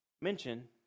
mention